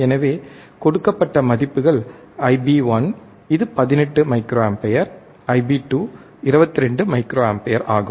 எனவே கொடுக்கப்பட்ட மதிப்புகள் Ib1 இது 18 மைக்ரோஅம்பியர் Ib2 22 மைக்ரோஆம்பியர் ஆகும்